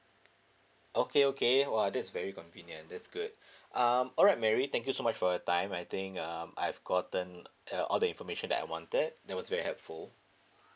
okay okay !wah! that's very convenient that's good um alright mary thank you so much for your time I think um I've gotten uh all the information that I wanted that was very helpful